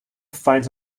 finds